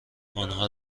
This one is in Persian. آنها